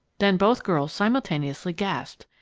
then both girls simultaneously gasped.